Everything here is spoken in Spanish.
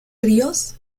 ríos